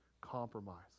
compromise